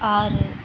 ஆறு